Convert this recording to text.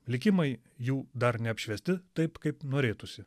likimai jų dar neapšviesti taip kaip norėtųsi